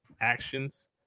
actions